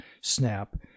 Snap